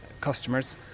customers